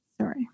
Sorry